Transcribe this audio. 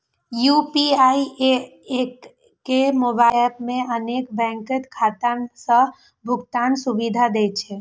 UPI एके mobile app मे अनेक बैंकक खाता सं भुगतान सुविधा दै छै